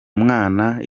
mwana